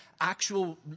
actual